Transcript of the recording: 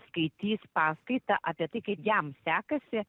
skaitys paskaitą apie tai kaip jam sekasi